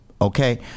Okay